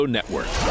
Network